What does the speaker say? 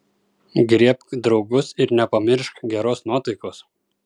griebk draugus ir nepamiršk geros nuotaikos